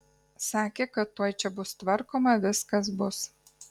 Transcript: sakė kad tuoj čia bus tvarkoma viskas bus